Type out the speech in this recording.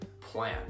plan